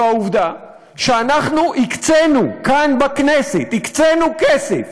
זה העובדה שאנחנו הקצינו, כאן, בכנסת, הקצינו כסף